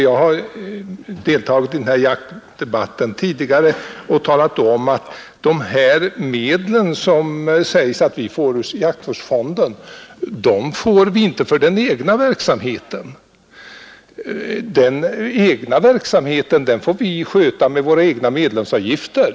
Jag har deltagit i jaktdebatten tidigare och talat om att de här medlen, som herr Wikner säger att vi får ur jaktvårdsfonden, får vi inte för den egna verksamheten, utan den verksamheten får vi sköta med våra egna medlemsavgifter.